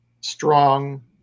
strong